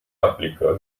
aplică